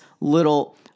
little